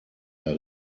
der